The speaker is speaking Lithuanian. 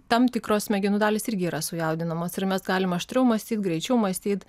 tam tikros smegenų dalys irgi yra sujaudinamos ir mes galim aštriau mąstyt greičiau mąstyt